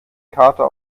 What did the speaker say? kater